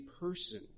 person